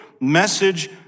message